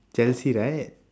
chelsea right